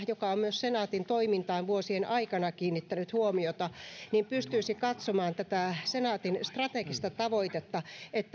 joka on myös senaatin toimintaan vuosien aikana kiinnittänyt huomiota pitäisi pystyä katsomaan tätä senaatin strategista tavoitetta